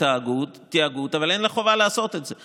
מתאגוד אבל אין לה חובה לעשות את זה.